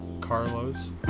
Carlos